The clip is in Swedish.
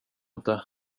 inte